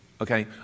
Okay